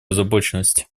озабоченность